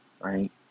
right